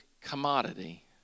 commodity